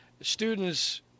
students